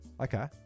Okay